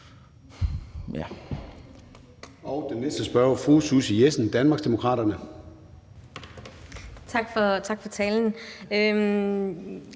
Den næste spørger er fru Susie Jessen, Danmarksdemokraterne. Kl.